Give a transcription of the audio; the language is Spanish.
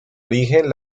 origen